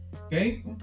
okay